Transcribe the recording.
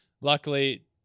Luckily